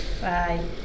bye